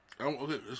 Okay